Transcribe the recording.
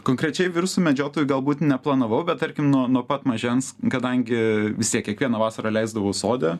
konkrečiai virusų medžiotoju galbūt neplanavau bet tarkim nuo nuo pat mažens kadangi vis tiek kiekvieną vasarą leisdavau sode